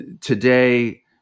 Today